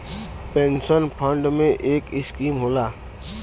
pension fund में एक scheme होला